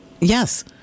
Yes